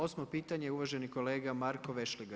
Osmo pitanje uvaženi kolega Marko Vešligaj.